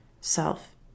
self